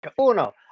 uno